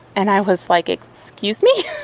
and i was like, excuse me?